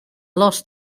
lost